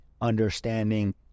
understanding